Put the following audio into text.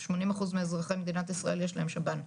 80% מאזרחי מדינת ישראל יש להם שב"ן.